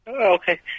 Okay